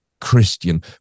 Christian